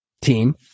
team